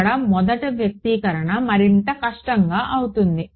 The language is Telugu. ఇక్కడ మొదటి వ్యక్తీకరణ మరింత కష్టంగా అవుతుంది